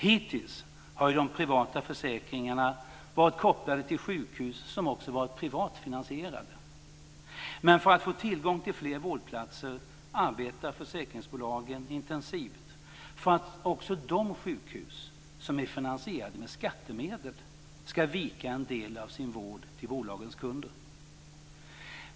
Hittills har ju de privata försäkringarna varit kopplade till sjukhus som också varit privat finansierade, men för att få tillgång till fler vårdplatser arbetar försäkringsbolagen intensivt för att också de sjukhus som är finansierade med skattemedel ska vika en del av sin vård till bolagens kunder.